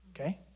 Okay